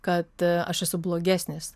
kad aš esu blogesnis